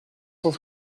cent